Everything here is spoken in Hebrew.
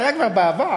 היה כבר בעבר.